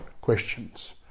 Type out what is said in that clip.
questions